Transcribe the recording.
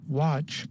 watch